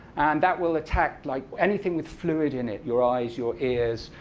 and that will attack like anything with fluid in it your eyes, your ears,